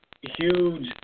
huge